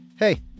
Hey